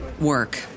work